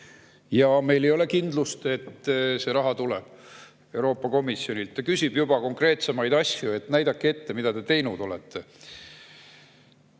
Ja meil ei ole kindlust, et see raha tuleb Euroopa Komisjonilt. Komisjon küsib juba konkreetsemaid asju, et näidake ette, mida te teinud olete.